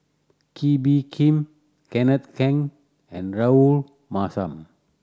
Kee Bee Khim Kenneth Keng and Rahayu Mahzam